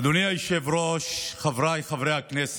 אדוני היושב-ראש, חבריי חברי הכנסת,